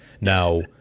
now